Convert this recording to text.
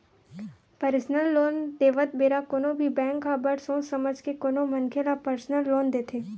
personal loan देवत बेरा कोनो भी बेंक ह बड़ सोच समझ के कोनो मनखे ल परसनल लोन देथे